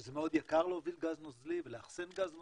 שזה מאוד יקר להוביל גז נוזלי ולאחסן גז נוזלי,